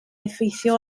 effeithio